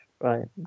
Right